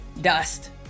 dust